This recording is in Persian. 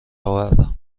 اوردم